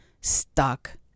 stuck